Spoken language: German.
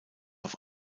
auf